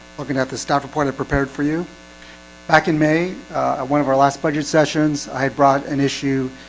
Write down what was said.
looking at the staff report i prepared for you back in may one of our last budget sessions i brought an issue